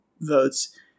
votes